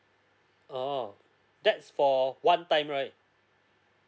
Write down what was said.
oh that's for one time right